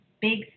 big